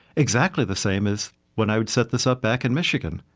exactly the same as when i would set this up back in michigan.